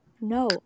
No